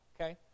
okay